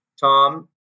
Tom